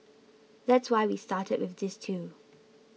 that's why we started with these two